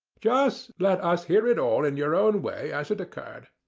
just let us hear it all in your own way as it occurred.